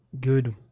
good